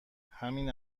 همین